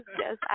yes